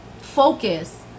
focus